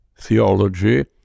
theology